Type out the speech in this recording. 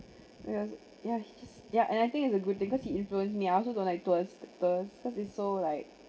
it was yeah he ya and I think it's a good thing cause he influenced me I also don't like tours because it's so like